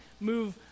move